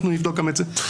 אנחנו נבדוק גם את זה.